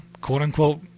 quote-unquote